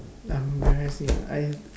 embarrassing I